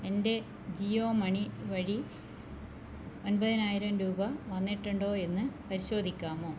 എൻ്റെ ജിയോ മണി വഴി ഒൻപതിനായിരം രൂപ വന്നിട്ടുണ്ടോ എന്ന് പരിശോധിക്കാമോ